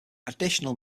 additional